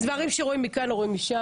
דברים שרואים מכאן לא רואים משם,